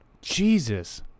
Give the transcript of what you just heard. Jesus